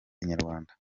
inyarwanda